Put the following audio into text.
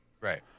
Right